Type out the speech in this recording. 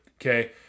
Okay